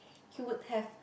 he would have